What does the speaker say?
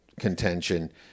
contention